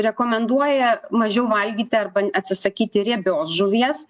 rekomenduoja mažiau valgyti arba atsisakyti riebios žuvies